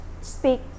speak